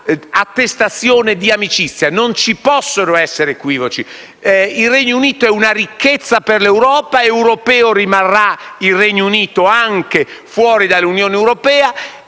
non ci possono essere equivoci. Il Regno Unito è una ricchezza per l'Europa, rimarrà europeo anche fuori dall'Unione europea